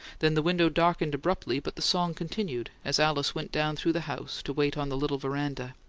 then the window darkened abruptly, but the song continued as alice went down through the house to wait on the little veranda.